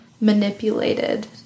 manipulated